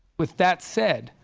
with that said,